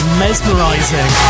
mesmerizing